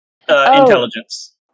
Intelligence